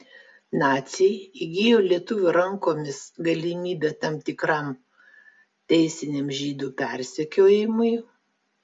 naciai įgijo lietuvių rankomis galimybę tam tikram teisiniam žydų persekiojimui